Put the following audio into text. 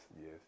Yes